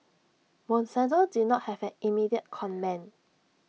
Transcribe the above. monsanto did not have an immediate comment